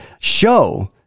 show